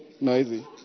noisy